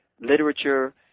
literature